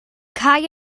cau